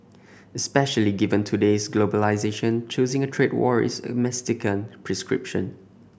especially given today's globalisation choosing a trade war is a mistaken prescription